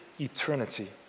eternity